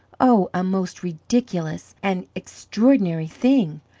oh, a most ridiculous and extraordinary thing!